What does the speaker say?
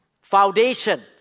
foundation